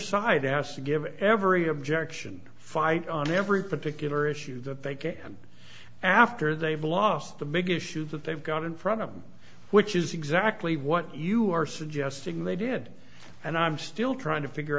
side has to give every objection fight on every particular issue that they can come after they've lost the big issue that they've got in front of them which is exactly what you are suggesting they did and i'm still trying to figure